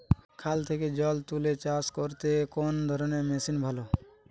খাল থেকে জল তুলে চাষ করতে কোন ধরনের মেশিন ভালো?